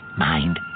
mind